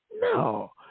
No